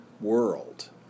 world